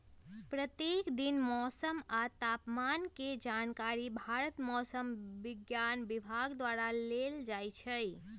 प्रत्येक दिन मौसम आ तापमान के जानकारी भारत मौसम विज्ञान विभाग द्वारा देल जाइ छइ